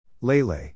Lele